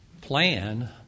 plan